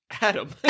Adam